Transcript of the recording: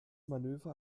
manöver